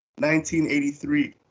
1983